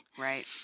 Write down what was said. Right